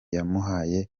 yamuhaye